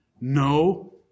No